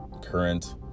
current